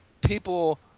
people